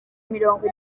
mirongo